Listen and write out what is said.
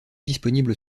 disponible